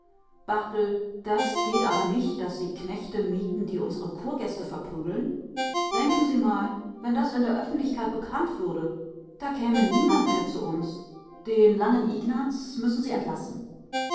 das geht aber nicht daß sie knechte mieten die unsere kurgäste verprügeln denken sie mal wenn das in der öffentlichkeit bekannt würde da käme niemand mehr zu uns den langen ignaz müssen sie entlassen